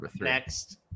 next